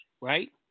Right